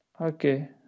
Okay